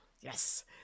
Yes